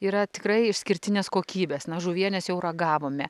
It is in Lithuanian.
yra tikrai išskirtinės kokybės na žuvienes jau ragavome